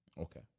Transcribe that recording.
Okay